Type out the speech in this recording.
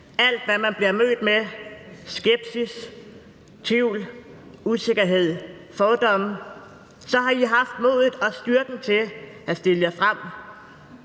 alt, hvad man bliver mødt med af skepsis, tvivl, usikkerhed, fordomme – så har I haft modet og styrken til at stille jer frem